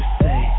say